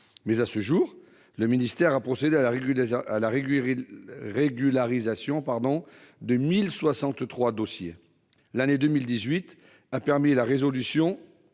À ce jour, le ministère a procédé à la régularisation de 1 063 dossiers. L'année 2018 a permis la résolution